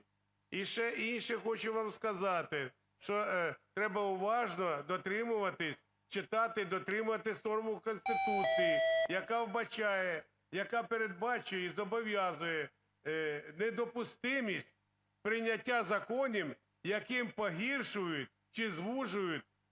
І ще інше хочу вам сказати, що треба уважно дотримуватися, читати і дотримуватися норму Конституції, яка вбачає, яка передбачає і зобов'язує недопустимість прийняття законів, якими погіршують чи звужують